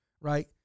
right